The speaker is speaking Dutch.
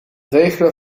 regelen